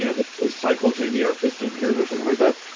you know the cycles maybe are fifteen years or something like that.